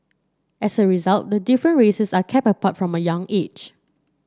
as a result the different races are kept apart from a young age